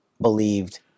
believed